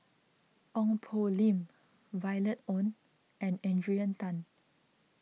Ong Poh Lim Violet Oon and Adrian Tan